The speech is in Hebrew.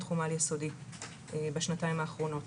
תחום העל יסודי בשנתיים האחרונות.